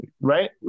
right